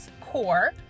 CORE